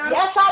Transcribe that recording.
Yes